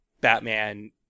Batman